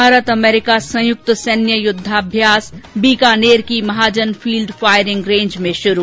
Bharat America संयुक्त सैन्य युद्धाभ्यास बीकानेर की महाजन फील्ड फायरिंग रेंज में शुरू